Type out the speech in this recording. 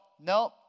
nope